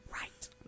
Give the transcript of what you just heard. Right